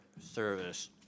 service